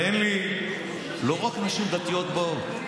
תן לי, לא רק נשים דתיות באות.